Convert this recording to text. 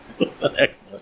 Excellent